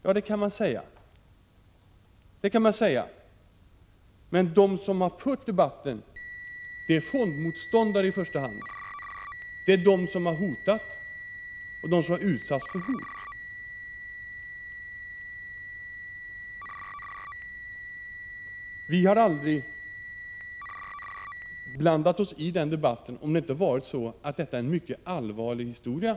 Ja, det kan man säga, men de som har fört debatten är i första hand fondmotståndare. Det är de som har hotat och de som har utsatts för hot. Vi hade aldrig blandat oss i den debatten, om det inte varit så att detta är en mycket allvarlig historia.